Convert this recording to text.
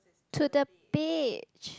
to the beach